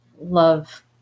love